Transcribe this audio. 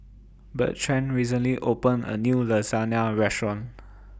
Bertrand recently opened A New Lasagne Restaurant